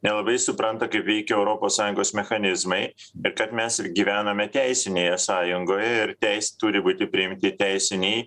nelabai supranta kaip veikia europos sąjungos mechanizmai bet kad mes ir gyvename teisinėje sąjungoje ir teisė turi būti priimti teisiniai